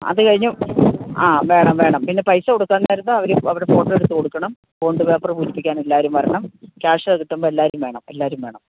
അതുകഴിഞ്ഞാല് ആ വേണം വേണം പിന്നെ പൈസ കൊടുക്കാൻ നേരത്ത് അവര് അവരുടെ ഫോട്ടോ എടുത്തുകൊടുക്കണം ബോണ്ട് പേപ്പർ പൂരിപ്പിക്കാൻ എല്ലാവരും വരണം ക്യാഷ് കിട്ടുമ്പോള് എല്ലാവരും വേണം എല്ലാവരും വേണം